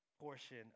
portion